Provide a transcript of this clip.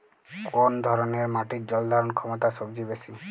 কোন ধরণের মাটির জল ধারণ ক্ষমতা সবচেয়ে বেশি?